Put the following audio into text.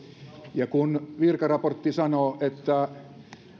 ja kun virkaraportti sanoo että